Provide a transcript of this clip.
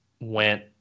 went